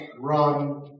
run